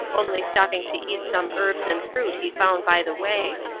only stopping to eat some herbs and fruit he found by the way.